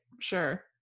sure